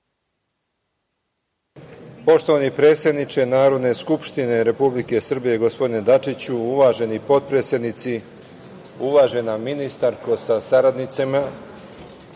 Poštovani predsedniče Narodne skupštine Republike Srbije, gospodine Dačiću, uvaženi potpredsednici, uvažena ministarko sa saradnicima,